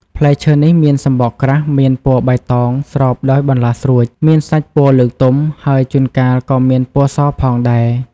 ផ្លែឈើនេះមានសំបកក្រាស់មានពណ៌បៃតងស្រោបដោយបន្លាស្រួច មានសាច់ពណ៌លឿងទុំ ហើយជួនកាលក៏មានពណ៌សផងដែរ។